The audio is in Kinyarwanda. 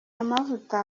amavuta